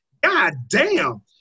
goddamn